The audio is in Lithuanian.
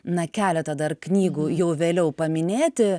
na keletą dar knygų jau vėliau paminėti